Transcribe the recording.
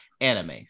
anime